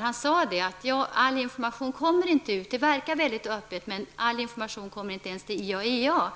Han sade att all information inte kommer ut. Det verkar mycket öppet, men all information kommer inte ens till IAEA.